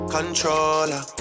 Controller